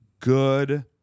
good